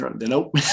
nope